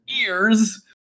ears